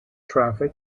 traffic